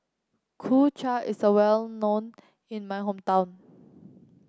Kuay Chap is a well known in my hometown